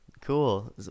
Cool